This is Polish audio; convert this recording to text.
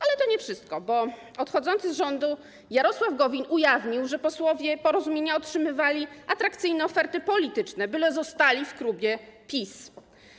Ale to nie wszystko, bo odchodzący z rządu Jarosław Gowin ujawnił, że posłowie Porozumienia otrzymywali atrakcyjne oferty polityczne, byle zostali w klubie PiS.